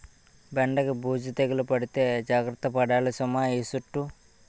బెండకి బూజు తెగులు పడితే జాగర్త పడాలి సుమా ఈ సుట్టూ